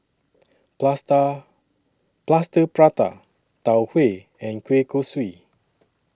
Plaster Plaster Prata Tau Huay and Kueh Kosui